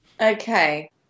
Okay